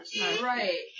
right